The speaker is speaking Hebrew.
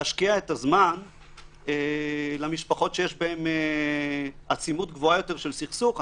להשקיע זמן במשפחות שיש בהן עצימות גבוהה יותר של סכסוך.